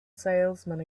salesman